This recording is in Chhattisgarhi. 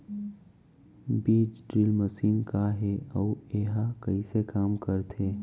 बीज ड्रिल मशीन का हे अऊ एहा कइसे काम करथे?